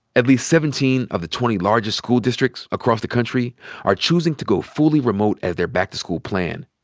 at least seventeen of the twenty largest school districts across the country are choosing to go fully remote as their back-to-school plan.